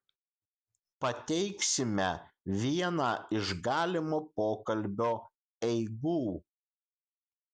pateiksime vieną iš galimo pokalbio eigų